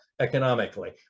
economically